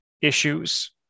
issues